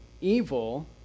evil